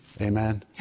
Amen